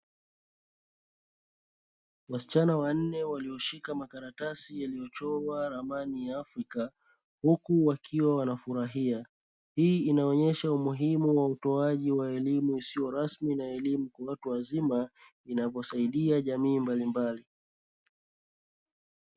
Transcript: Wasichana wanne walioshika makaratasi yaliyochorwa ramani ya Afrika, huku wakiwa wanafurahia. Hii inaonyesha umuhimu wa utoaji wa elimu isiyo rasmi na elimu kwa watu wazima, inavyosaidia jamii mbalimbali.